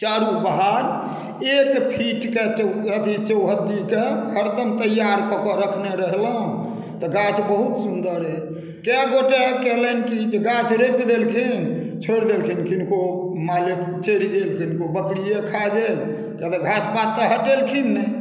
चारू महार एक फीटके अथि चौहद्दी रहै हरदम तैयार कऽ के रखने रहलहुँ तऽ गाछ बहुत सुन्दर अछि कए गोटे केलनि कि जे गाछ रोपि देलखिन छोरि देलखिन किनको माले चरि गेल किनको बकरियै खा गेल किए तऽ घास पात तऽ हटेलखिन नहि